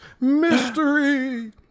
mystery